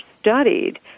studied